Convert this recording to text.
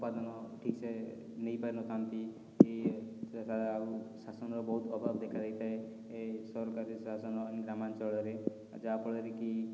ଉପାଦନ ଠିକ ସେ ନେଇପାରିନଥାନ୍ତି କି ସେଇଟା ଆଉ ଶାସନର ବହୁତ ଅଭାବ ଦେଖାଦେଇଥାଏ ଏଇ ସରକାରୀ ଶାସନ ଗ୍ରାମାଞ୍ଚଳରେ ଆଉ ଯାହାଫଳରେ କି